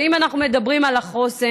ואם אנחנו מדברים על החוסן,